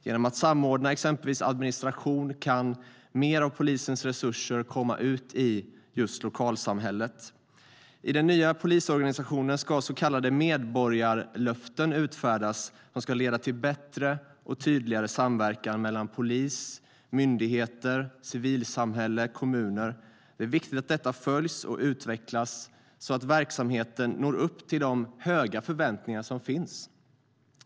Genom att samordna exempelvis administration kan mer av polisens resurser komma ut i lokalsamhället.I den nya polisorganisationen ska så kallade medborgarlöften utfärdas. De ska leda till bättre och tydligare samverkan mellan polis, myndigheter, civilsamhälle och kommuner. Det är viktigt att detta följs och utvecklas, så att verksamheten når upp till de höga förväntningar som finns.